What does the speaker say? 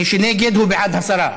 מי שנגד הוא בעד הסרה.